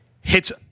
hits